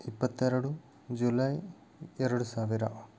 ಇಪ್ಪತ್ತೆರಡು ಜುಲೈ ಎರಡು ಸಾವಿರ